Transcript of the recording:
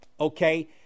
okay